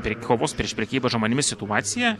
prie kovos prieš prekybą žmonėmis situacija